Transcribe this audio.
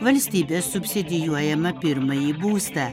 valstybės subsidijuojamą pirmąjį būstą